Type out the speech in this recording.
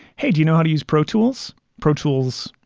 hey, do you know how to use pro tools? pro tools?